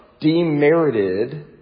demerited